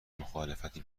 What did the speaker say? مخالفتی